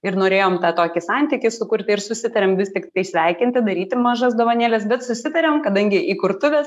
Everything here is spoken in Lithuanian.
ir norėjom tą tokį santykį sukurti ir susitarėm vis tiktai sveikinti daryti mažas dovanėles bet susitarėm kadangi įkurtuvės